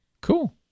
Cool